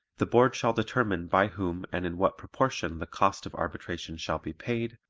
the board shall determine by whom and in what proportion the cost of arbitration shall be paid,